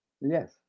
Yes